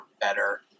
better